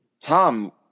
Tom